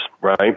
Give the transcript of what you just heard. Right